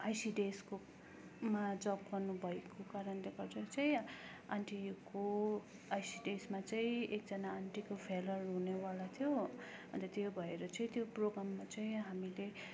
आइसिडिएसकोमा जब गर्नुभएको कारणले गर्दा चाहिँ आन्टीको आइसिडिएसमा चाहिँ एकजना आन्टीको फियरवेल हुनेवाला थियो अन्त त्यो भएर चाहिँ त्यो प्रोग्राममा चाहिँ हामीले